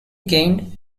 gained